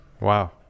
wow